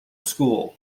school